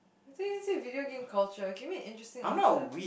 you see you see video game culture can you give me interesting answer